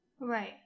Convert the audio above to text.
right